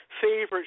favorite